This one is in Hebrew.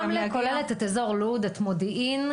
רמלה כוללת את אזור לוד, את מודיעין.